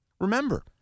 Remember